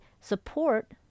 support